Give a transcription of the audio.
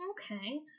okay